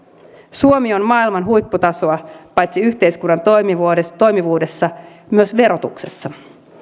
suomi on maailman huipputasoa paitsi yhteiskunnan toimivuudessa toimivuudessa myös verotuksessa